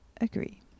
agree